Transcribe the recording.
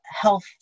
health